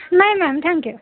नाही ma'am thank you